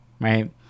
Right